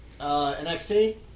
NXT